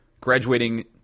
graduating